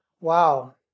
wow